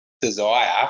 desire